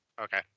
Okay